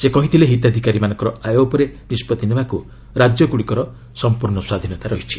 ସେ କହିଥିଲେ ହିତାଧିକାରୀମାନଙ୍କର ଆୟ ଉପରେ ନିଷ୍ପତ୍ତି ନେବାକୁ ରାଜ୍ୟଗୁଡ଼ିକର ସମ୍ପର୍ଶ୍ଣ ସ୍ୱାଧୀନତା ରହିଛି